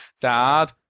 Dad